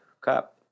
cup